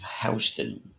Houston